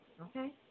okay